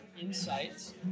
insights